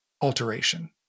alteration